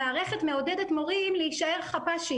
המערכת מעודדת מורים להישאר חפ"שים